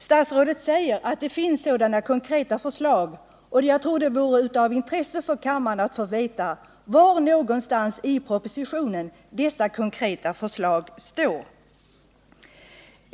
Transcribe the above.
Statsrådet säger att det finns sådana konkreta förslag, och jag tror det vore intressant för kammaren att få veta var någonstans i propositionen dessa konkreta förslag står.